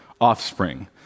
offspring